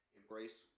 embrace